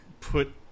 put